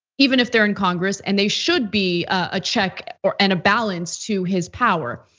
even if they're in congress, and they should be a check, or an a balance to his power.